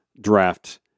draft